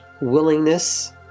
willingness